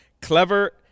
Clever